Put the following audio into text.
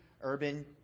Urban